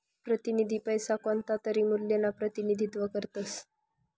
प्रतिनिधी पैसा कोणतातरी मूल्यना प्रतिनिधित्व करतस